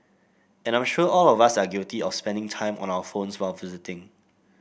and I'm sure all of us are guilty of spending time on our phones while visiting